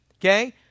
okay